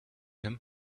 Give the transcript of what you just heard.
him